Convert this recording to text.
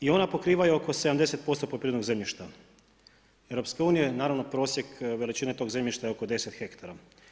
I ona pokrivaju oko 70% poljoprivrednog zemljišta EU, naravno prosjek veličine tog zemljišta je oko 10 hektara.